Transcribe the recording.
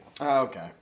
Okay